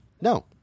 No